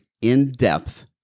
in-depth